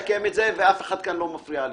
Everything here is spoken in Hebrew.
מסכם את זה ואף אחד כאן לא מפריע לי.